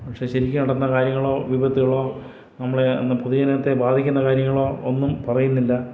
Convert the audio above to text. പക്ഷെ ശരിക്കു നടന്ന കാര്യങ്ങളോ വിപത്തുകളോ നമ്മളെ പൊതുജനത്തെ ബാധിക്കുന്ന കാര്യങ്ങളോ ഒന്നും പറയുന്നില്ല